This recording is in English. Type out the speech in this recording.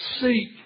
seek